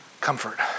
Comfort